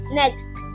next